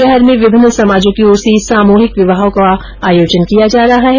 शहर में विभिन्न समाजों की ओर से सामुहिक विवाहों का भी आयोजन किया जा रहा है